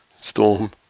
Storm